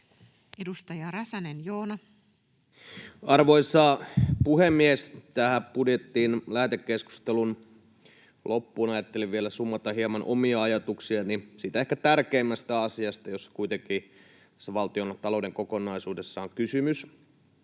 14:55 Content: Arvoisa puhemies! Tähän budjetin lähetekeskustelun loppuun ajattelin vielä summata hieman omia ajatuksiani siitä ehkä tärkeimmästä asiasta, josta kuitenkin tässä valtiontalouden kokonaisuudessa on kysymys,